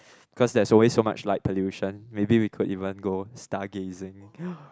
cause there's always so much like pollution maybe we could even go like stargazing